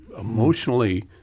emotionally